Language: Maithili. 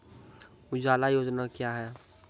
उजाला योजना क्या हैं?